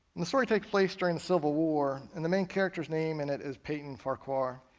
and the story takes place during the civil war, and the main character's name in it is peyton farquar.